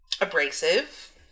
abrasive